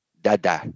Dada